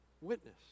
witness